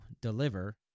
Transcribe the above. deliver